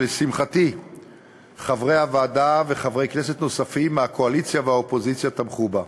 שלשמחתי חברי הוועדה וחברי כנסת נוספים מהקואליציה והאופוזיציה תמכו בה.